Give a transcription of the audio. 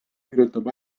kirjutab